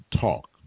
talk